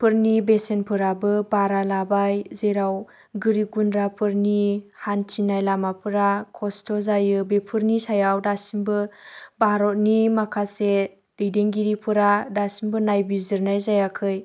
फोरनि बेसेनफोराबो बारा लाबाय जेराव गोरिब गुन्द्राफोरनि हान्थिनाय लामाफोरा खस्थ' जायो बेफोरनि सायाव दासिमबो भारतनि माखासे दैदेनगिरिफोरा दासिमबो नायबिजिरनाय जायाखै